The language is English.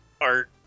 art